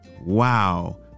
Wow